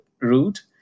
route